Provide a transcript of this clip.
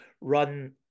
run